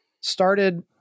started